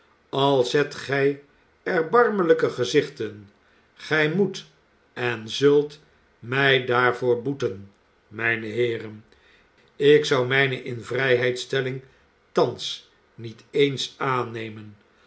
al zet gij erbarmelijke gezichten gij moet en zult mij daarvoor boeten mijne heeren ik zou mijne invrijheidstelling thans niet eens aannemen